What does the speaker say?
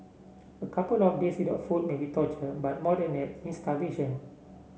a couple of days without food may be torture but more than that means starvation